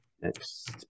next